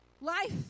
Life